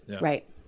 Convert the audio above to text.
Right